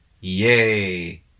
Yay